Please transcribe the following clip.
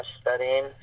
studying